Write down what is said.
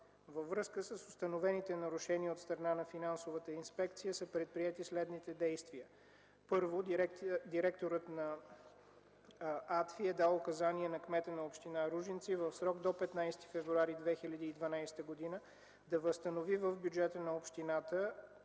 Във връзка с установените нарушения от страна на финансовата инспекция са предприети следните действия: 1. Директорът на АДФИ е дал указания на кмета на община Ружинци в срок до 15 февруари 2012 г. да възстанови в бюджета на общината